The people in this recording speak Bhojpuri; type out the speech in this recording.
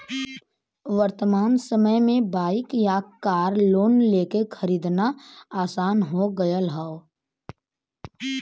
वर्तमान समय में बाइक या कार लोन लेके खरीदना आसान हो गयल हौ